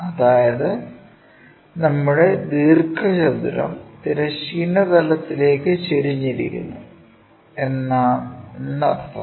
അതായത് നമ്മുടെ ദീർഘചതുരം തിരശ്ചീന തലത്തിലേക്ക് ചരിഞ്ഞിരിക്കുന്നു എന്നർത്ഥം